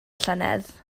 llynedd